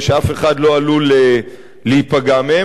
ואף אחד לא יהיה עלול להיפגע מהם,